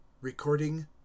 Recording